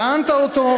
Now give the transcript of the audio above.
פעם, נתניהו.